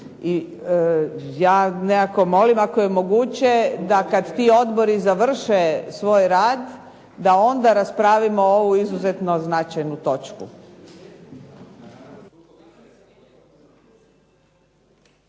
ja nekako molim ako je moguće da kada ti odbori završe svoj rad da onda raspravimo ovu izuzetno značajnu točku.